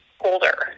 older